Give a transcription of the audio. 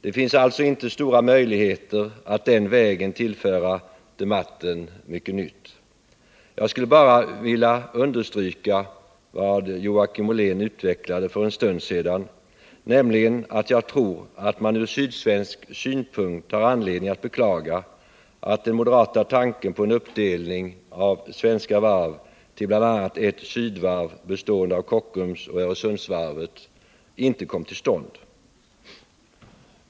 Det finns alltså inte stora möjligheter att den vägen tillföra debatten mycket nytt. Jag skulle bara vilja understryka vad Joakim Ollén utvecklade för en stund sedan, nämligen att man ur sydsvensk synpunkt har anledning att beklaga att den moderata tanken på en uppdelning av Svenska Varv i bl.a. ett Sydvarv bestående av Kockums och Öresundsvarvet inte kom till stånd.